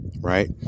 right